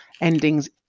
endings